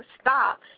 stop